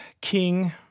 king